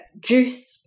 juice